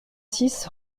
six